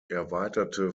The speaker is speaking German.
erweiterte